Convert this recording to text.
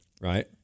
Right